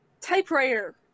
typewriter